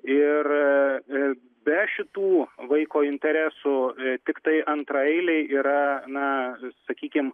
ir be šitų vaiko interesų tiktai antraeiliai yra na sakykim